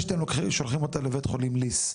לפני שאתם שולחים אותה לבית חולים ליס?